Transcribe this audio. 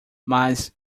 mas